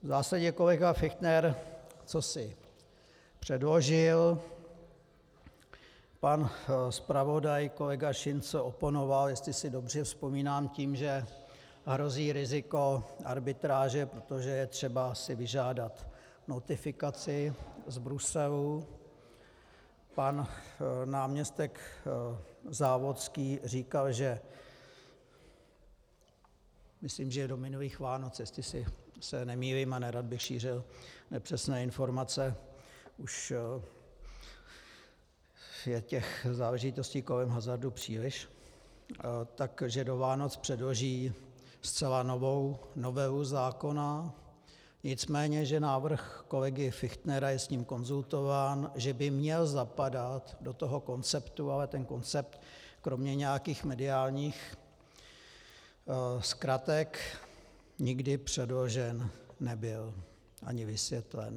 V zásadě kolega Fichtner cosi předložil, pan zpravodaj kolega Šincl oponoval, jestli si dobře vzpomínám, tím, že hrozí riziko arbitráže, protože je třeba si vyžádat notifikaci z Bruselu, pan náměstek Závodský říkal, že, myslím, do minulých Vánoc, jestli se nemýlím, a nerad bych šířil nepřesné informace, už je těch záležitostí kolem hazardu příliš, tak že do Vánoc předloží zcela novou novelu zákona, nicméně že návrh kolega Fichtnera je s ním konzultován, že by měl zapadat do toho konceptu, ale ten koncept kromě nějakých mediálních zkratek nikdy předložen nebyl, ani vysvětlen.